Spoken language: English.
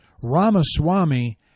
Ramaswamy